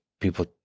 people